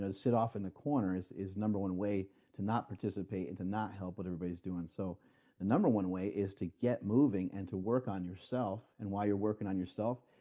sit off in the corner is is number one way to not participate and to not help what everybody's doing so the number one way is to get moving and to work on yourself and while you're working on yourself,